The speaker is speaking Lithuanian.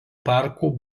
parkų